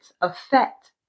affect